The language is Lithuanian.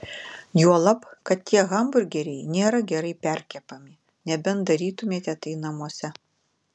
juolab kad tie hamburgeriai nėra gerai perkepami nebent darytumėte tai namuose